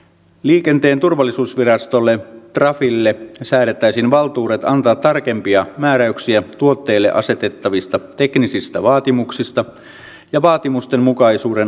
liikenteen turvallisuusvirastolle trafille säädettäisiin valtuudet antaa tarkempia määräyksiä tuotteille asetettavista teknisistä vaatimuksista ja vaatimusten mukaisuuden arvioinnista